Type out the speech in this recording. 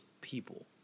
people